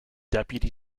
deputy